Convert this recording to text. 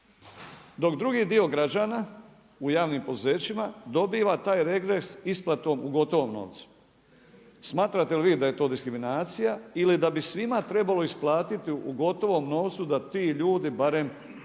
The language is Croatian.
Dok drugi dio građana u javnim poduzećima dobiva taj regres isplatom u gotovom novcu. Smatrate li vi da je to diskriminacija ili da bi svima trebalo isplatiti u gotovom novcu da ti ljudi barem